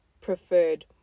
preferred